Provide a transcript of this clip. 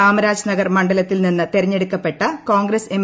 കാമരാജ് നഗർ മണ്ഡലത്തിൽ നിന്ന് തെരഞ്ഞെടുക്കപ്പെട്ട കോൺഗ്രസ് എം